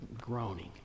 Groaning